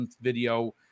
video